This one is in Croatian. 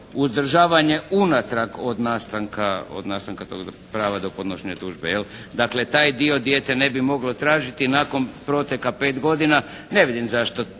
uzdržavanje unatrag od nastanka tog prava do ponošenja tužbe jel'. Dakle taj dio dijete ne bi moglo tražiti nakon proteka pet godina. Ne vidim zašto